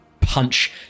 punch